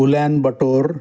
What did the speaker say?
Ulaanbaatar